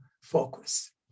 focus